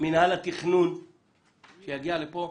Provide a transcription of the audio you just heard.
מינהל התכנון שיגיע לפה.